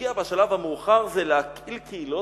שמגיע בשלב המאוחר זה להקהיל קהילות,